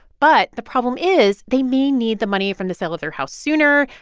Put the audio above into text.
but the problem is they may need the money from the sale of their house sooner.